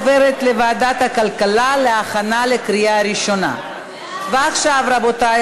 לוועדת הכלכלה נתקבלה 81 חברי כנסת בעד,